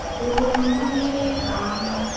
only gone